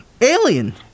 alien